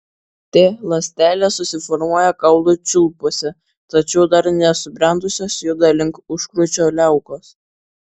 t ląstelės susiformuoja kaulų čiulpuose tačiau dar nesubrendusios juda link užkrūčio liaukos